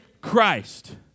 Christ